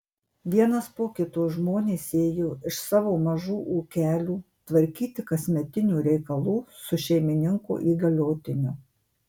vienas po kito žmonės ėjo iš savo mažų ūkelių tvarkyti kasmetinių reikalų su šeimininko įgaliotiniu